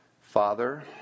Father